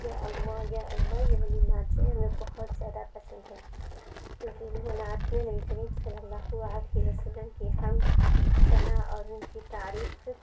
یا اللہ یا اللہ یہ والی نعت جو ہے ہمیں بہت زیادہ پسند ہے کیوں کہ یہ نعت میں نبی کریم صلی اللہ آلہِ وسلم کی حمد ثنا اور ان کی تعریف